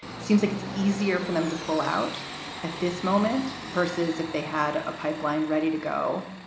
seems like it's easier for them to pull out at this moment versus if they had a pipeline ready to go.